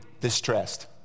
distressed